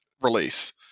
release